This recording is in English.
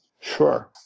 Sure